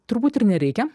turbūt ir nereikia